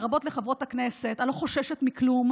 לרבות לחברות הכנסת: אני לא חוששת מכלום,